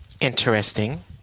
interesting